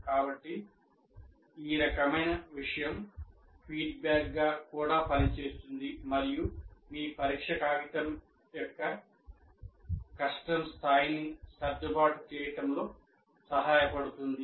కాబట్టి ఈ రకమైన విషయం ఫీడ్బ్యాక్గా కూడా పనిచేస్తుంది మరియు మీ పరీక్ష కాగితం యొక్క కష్టం స్థాయిని సర్దుబాటు చేయడంలో సహాయపడుతుంది